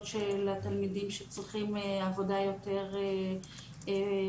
של התלמידים שצריכים עבודה יותר פיזית,